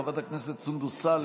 חברת הכנסת סונדוס סאלח,